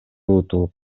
утулуп